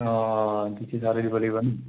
অঁ লাগিব নি